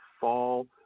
fall